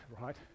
right